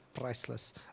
priceless